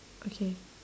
okay